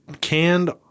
canned